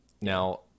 Now